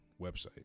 website